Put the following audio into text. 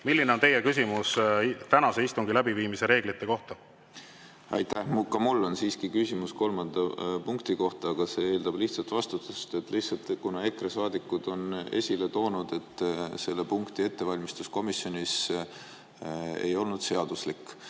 milline on teie küsimus tänase istungi läbiviimise reeglite kohta? Aitäh! Ka mul on siiski küsimus kolmanda punkti kohta, aga see eeldab lihtsat vastust. EKRE saadikud on esile toonud, et selle punkti ettevalmistus komisjonis ei olnud seaduslik.